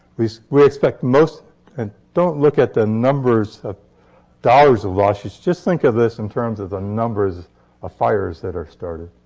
we so we expect most and don't look at the numbers of dollars of ah loss. just think of this in terms of the numbers of fires that are started.